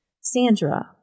Sandra